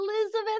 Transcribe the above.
Elizabeth